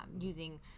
using